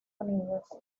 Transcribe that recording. unidos